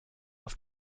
auf